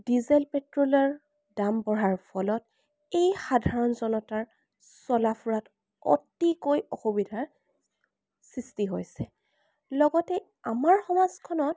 diesel পেট্ৰ'লৰ দাম বঢ়াৰ ফলত এই সাধাৰণ জনতাৰ চলা ফুৰাত অতিকৈ অসুবিধাৰ সৃষ্টি হৈছে লগতে আমাৰ সমাজখনত